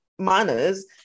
Manners